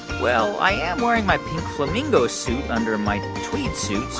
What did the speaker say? well, i am wearing my pink flamingo suit under my tweed suit,